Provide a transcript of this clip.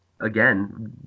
again